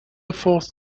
forth